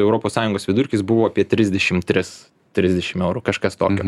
europos sąjungos vidurkis buvo apie trisdešim tris trisdešim eurų kažkas tokio